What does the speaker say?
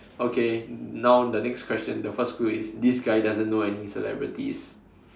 okay now the next question the first clue is this guy doesn't know any celebrities